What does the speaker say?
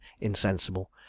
insensible